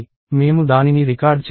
మేము దానిని రికార్డ్ చేయము